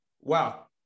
wow